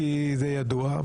כי זה ידוע,